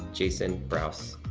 jason brouse?